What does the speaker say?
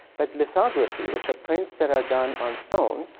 but lithography, which are prints that are done on stone,